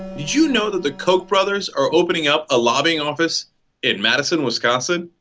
you know the the coke brothers are opening up a lobbying office in madison wisconsin